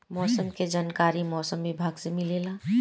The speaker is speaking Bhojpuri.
मौसम के जानकारी मौसम विभाग से मिलेला?